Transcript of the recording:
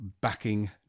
backing